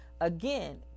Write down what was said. again